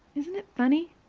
isn't it funny?